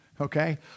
okay